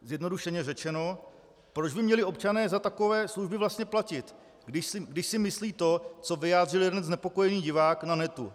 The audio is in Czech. Zjednodušeně řečeno, proč by měli občané za takové služby vlastně platit, když si myslí to, co vyjádřil jeden znepokojený divák na netu?